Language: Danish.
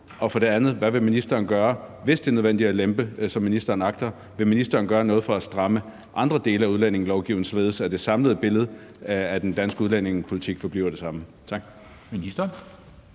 Og for det andet: Hvis det er nødvendigt at lempe, som ministeren agter, vil ministeren så gøre noget for at stramme andre dele af udlændingelovgivningen, således at det samlede billede af den danske udlændingepolitik forbliver det samme?